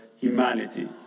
humanity